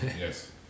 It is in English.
Yes